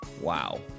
Wow